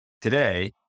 Today